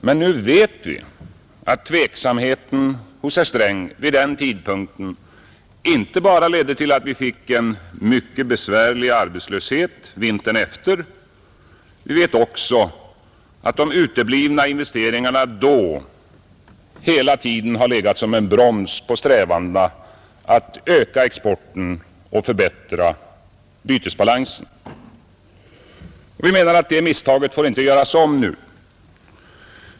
Men nu vet vi inte bara att tveksamheten hos herr Sträng vid den tidpunkten ledde till att vi fick en mycket besvärlig arbetslöshet vintern efter utan också att de uteblivna investeringarna då hela tiden har legat som en broms på strävandena att öka exporten och förbättra bytesbalansen. Vi menar att det misstaget inte får göras om nu.